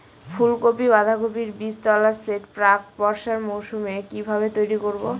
ফুলকপি বাধাকপির বীজতলার সেট প্রাক বর্ষার মৌসুমে কিভাবে তৈরি করব?